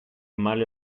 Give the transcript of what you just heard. male